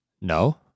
No